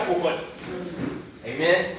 Amen